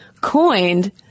coined